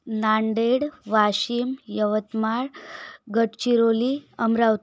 Nanded Washim Yavatmal Gadchiroli Amravati